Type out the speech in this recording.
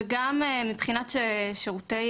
גם מבחינת שירותי